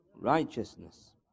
righteousness